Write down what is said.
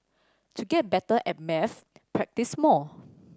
to get better at maths practise more